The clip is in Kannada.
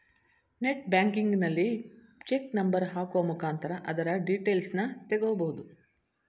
ನೆಟ್ ಬ್ಯಾಂಕಿಂಗಲ್ಲಿ ಚೆಕ್ ನಂಬರ್ ಹಾಕುವ ಮುಖಾಂತರ ಅದರ ಡೀಟೇಲ್ಸನ್ನ ತಗೊಬೋದು